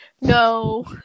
No